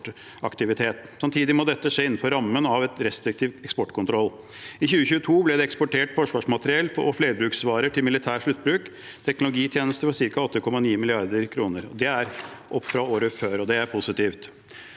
Samtidig må dette skje innenfor rammen av en restriktiv eksportkontroll. I 2022 ble det eksportert forsvarsmateriell og flerbruksvarer til militær sluttbruk, teknologi og tjenester for ca. 8,9 mrd. kr. Det er en økning fra året før, og det er positivt.